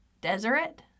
Deseret